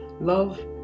love